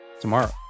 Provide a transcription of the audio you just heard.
tomorrow